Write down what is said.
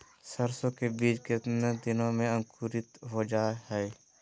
सरसो के बीज कितने दिन में अंकुरीत हो जा हाय?